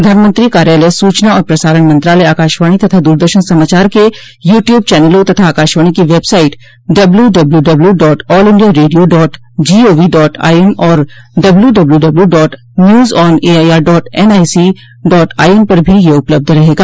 प्रधानमंत्री कार्यालय सूचना और प्रसारण मंत्रालय आकाशवाणी तथा दूरदर्शन समाचार के यू ट्यूब चैनलों तथा आकाशवाणी की website W W W dot all India radio dot G O V dot I N और W W W dot news on A I R dot N I C dot I N पर भी यह उपलब्ध रहेगा